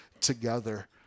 together